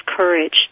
courage